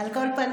על כל פנים,